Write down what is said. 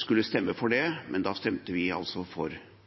skulle stemme for det, men da stemte vi altså for